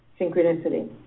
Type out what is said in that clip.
synchronicity